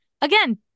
Again